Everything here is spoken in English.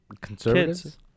Conservatives